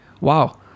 Wow